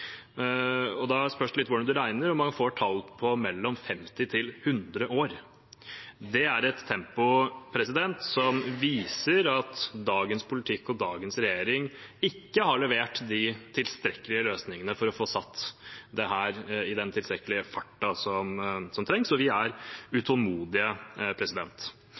Da spørs det litt hvordan man regner, men man får tall på mellom 50 og 100 år. Det er et tempo som viser at dagens politikk og dagens regjering ikke har levert de tilstrekkelige løsningene for å få satt dette i den tilstrekkelige farten som trengs. Vi er utålmodige.